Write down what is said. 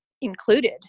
included